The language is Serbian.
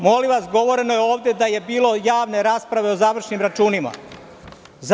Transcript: Molim vas, govoreno je ovde da je bilo javne rasprave o završnim računima.